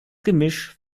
gemisch